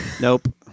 Nope